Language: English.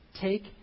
take